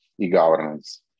e-governance